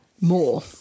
more